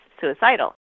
suicidal